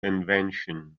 invention